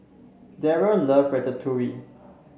Derrell love Ratatouille